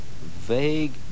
vague